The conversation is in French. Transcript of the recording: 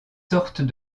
sortes